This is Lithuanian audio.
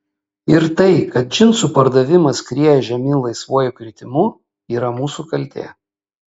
ir tai kad džinsų pardavimas skrieja žemyn laisvuoju kritimu yra mūsų kaltė